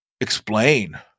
explain